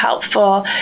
helpful